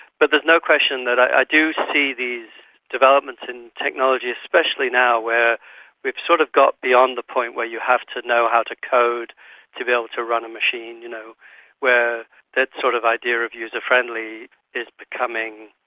but there's no question that i do see these developments in technology, especially now where we have sort of got beyond the point where you have to know how to code to be able to run a machine, you know where that sort of idea of user-friendly is becoming,